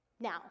Now